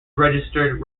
registered